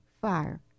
fire